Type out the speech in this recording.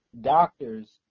doctors